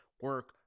Work